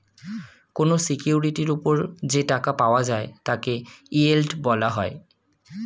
কোন সিকিউরিটির উপর যে টাকা পাওয়া যায় তাকে ইয়েল্ড বলা হয়